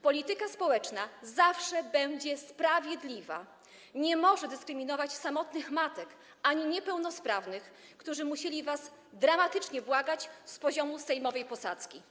Polityka społeczna zawsze będzie sprawiedliwa, nie może dyskryminować samotnych matek ani niepełnosprawnych, którzy musieli was dramatycznie błagać, z poziomu sejmowej posadzki.